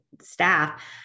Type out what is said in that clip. staff